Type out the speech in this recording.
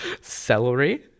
Celery